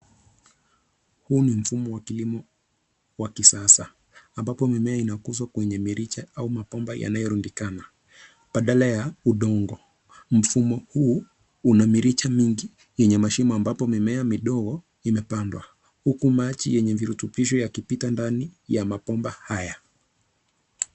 Huu ni mfumo wa kilimo wa kisasa ambapo mimea inakuzwa kwenye mirija au mabomba yanayorundikana badala ya udongo. Mfumo huu una mirija mingi yenye mashimo ambapo mimea midogo imepandwa huku maji yenye virutubisho yakipita ndani ya mabomba haya.